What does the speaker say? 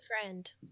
friend